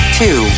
two